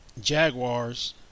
Jaguars